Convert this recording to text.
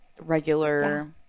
regular